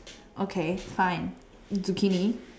okay fine zucchini